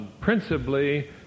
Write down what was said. principally